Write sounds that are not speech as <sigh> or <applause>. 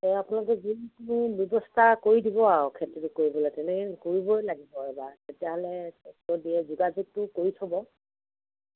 <unintelligible> আপোনালোকে <unintelligible> ব্যৱস্থা কৰি দিব আৰু খেতিটো কৰিবলৈ তেনেকৈ কৰিবই লাগিব এইবাৰ তেতিয়াহ'লে <unintelligible> দিয়ে যোগাযোগটো কৰি থব